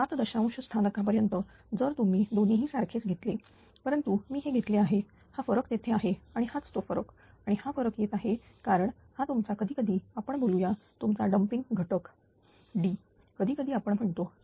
7 दशांश स्थानकापर्यंत जर तुम्ही दोन्हीही सारखेच घेतल परंतु मी हे घेतले आहे हा फरक तेथे आहे आणि हाच तो फरक आणि हा फरक येत आहे कारण हा तुमचा कधी कधी आपण बोलूया तुमचा डंपिंग घटक D कधीकधी आपण म्हणतो